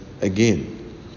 again